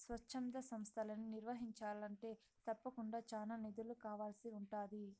స్వచ్ఛంద సంస్తలని నిర్వహించాలంటే తప్పకుండా చానా నిధులు కావాల్సి ఉంటాది